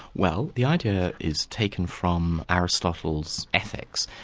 well the idea is taken from aristotle's ethics.